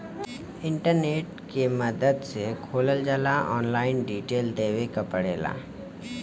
internet के मदद से खोलल जाला ऑनलाइन डिटेल देवे क पड़ेला